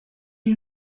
une